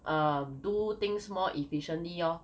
um do things more efficiently lor